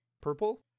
Purple